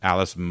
Alice